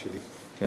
אנחנו